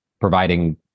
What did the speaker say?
providing